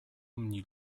nilu